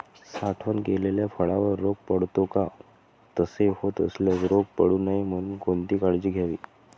साठवण केलेल्या फळावर रोग पडतो का? तसे होत असल्यास रोग पडू नये म्हणून कोणती काळजी घ्यावी?